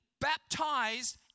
baptized